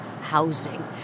housing